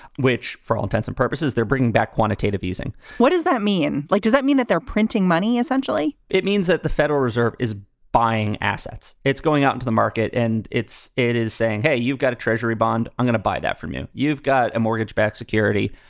which for all intents and purposes, they're bringing back quantitative easing what does that mean? like does that mean that they're printing money, essentially? it means that the federal reserve is buying assets. it's going out to the market. and it's it is saying, hey, you've got a treasury bond. i'm going to buy that from you. you've got a mortgage backed security.